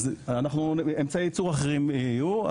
אמצעי יצור אחרים יהיו.